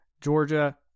Georgia